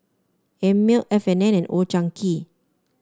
Einmilk F And N and Old Chang Kee